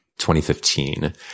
2015